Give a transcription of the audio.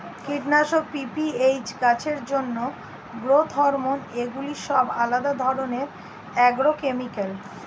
কীটনাশক, পি.পি.এইচ, গাছের জন্য গ্রোথ হরমোন এগুলি সব আলাদা ধরণের অ্যাগ্রোকেমিক্যাল